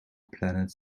planet